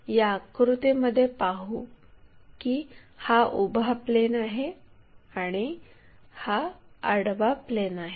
आपण या आकृतीमधे पाहू की हा उभा प्लेन आहे आणि हा आडवा प्लेन आहे